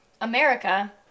America